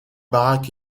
barack